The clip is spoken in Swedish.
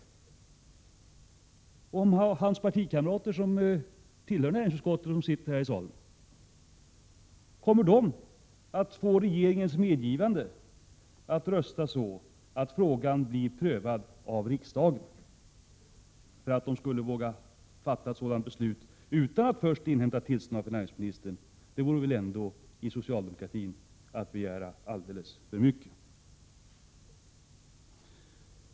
Kommer hans partikamrater i näringsutskottet, vilka sitter här i salen, att få regeringens medgivande att rösta så att frågan blir prövad av riksdagen? Att de skulle våga fatta ett sådant beslut utan att först inhämta tillstånd av finansministern vore väl ändå att begära alldeles för mycket inom socialdemokratin.